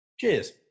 Cheers